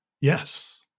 Yes